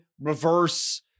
reverse